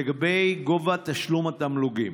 לגבי גובה תשלום התמלוגים.